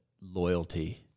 loyalty